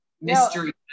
mystery